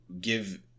give